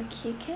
okay can